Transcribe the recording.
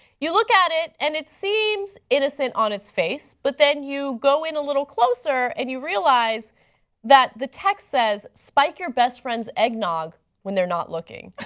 you look at it and it seems innocent on its face, but then you go in a little closer and you realize that the text says, spike your best friendis eggnog while theyire not looking.